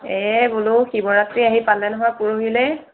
এই বোলো শিৱৰাত্ৰি আহি পালে নহয় পৰহিলে